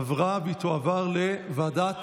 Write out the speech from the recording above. תעבור לוועדת